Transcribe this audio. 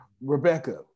Rebecca